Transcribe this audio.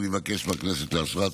ואני מבקש מהכנסת לאשרה.